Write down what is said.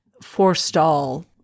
forestall